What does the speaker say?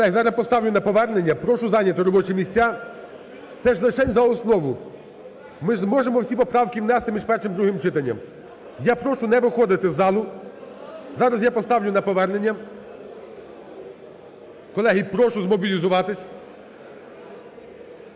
Колеги, зараз поставлю на повернення. Прошу зайняти робочі місця. Це ж лишень за основу. Ми ж зможемо всі поправки внести між першим і другим читанням. Я прошу не виходити з залу. Зараз я поставлю на повернення. Колеги, прошу змобілізуватись.